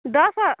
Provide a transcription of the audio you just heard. ଦଶ